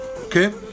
Okay